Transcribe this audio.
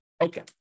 Okay